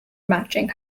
matching